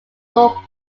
law